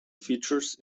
features